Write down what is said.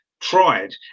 Tried